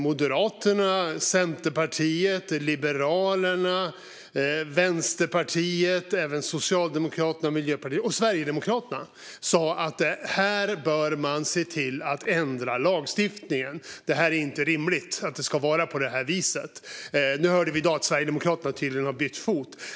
Moderaterna, Centerpartiet, Liberalerna, Vänsterpartiet, även Socialdemokraterna, Miljöpartiet och Sverigedemokraterna sa att här bör man se till att ändra lagstiftningen. Det är inte rimligt att det ska vara på det här viset. Nu hörde vi i dag att Sverigedemokraterna tydligen har bytt fot.